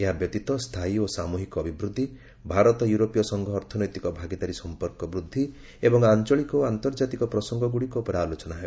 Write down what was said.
ଏହାବ୍ୟତୀତ ସ୍ଥାୟୀ ଓ ସାମୁହିକ ଅଭିବୃଦ୍ଧି ଭାରତ ୟୁରୋପୀୟ ସଂଘ ଅର୍ଥନୈତିକ ଭାଗିଦାରୀ ସମ୍ପର୍କ ବୃଦ୍ଧି ଏବଂ ଆଞ୍ଚଳିକ ଓ ଆନ୍ତର୍ଜାତିକ ପ୍ରସଙ୍ଗଗୁଡ଼ିକ ଉପରେ ଆଲୋଚନା ହେବ